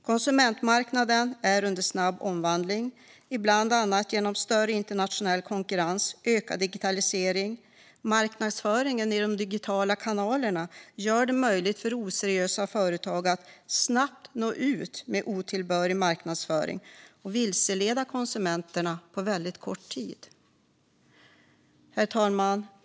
Konsumentmarknaderna är under snabb omvandling, bland annat genom större internationell konkurrens och ökad digitalisering. Marknadsföringen i de digitala kanalerna gör det möjligt för oseriösa företag att snabbt nå ut med otillbörlig marknadsföring och att på väldigt kort tid vilseleda konsumenter. Herr talman!